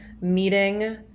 meeting